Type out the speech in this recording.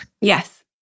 Yes